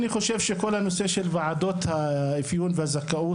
אני חושב שכל הנושא של כל ועדות האפיון והזכאות,